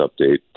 update